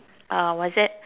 uh what's that